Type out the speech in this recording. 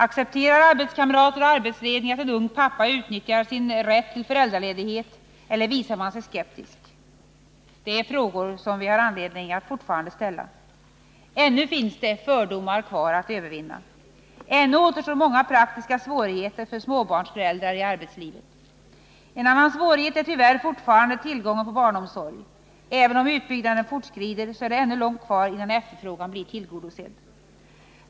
Accepterar arbetskamrater och arbetsledning att en ung pappa utnyttjar sin rätt till föräldraledighet, eller visar de sig skeptiska? Det är frågor som man fortfarande har anledning att ställa. Ännu finns det fördomar kvar att övervinna. Ännu återstår många praktiska svårigheter för småbarnsföräldrar i arbetslivet. En annan svårighet är tyvärr fortfarande den bristande tillgången på barnomsorg. Även om utbyggnaden fortskrider är det ännu långt kvar innan efterfrågan är tillgodosedd.